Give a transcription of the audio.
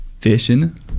fishing